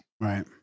right